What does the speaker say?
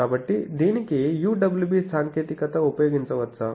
కాబట్టి దీనికి UWB సాంకేతికత ఉంపయోగించవచ్చా